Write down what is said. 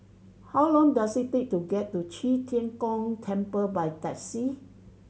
how long does it take to get to Qi Tian Gong Temple by taxi